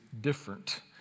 different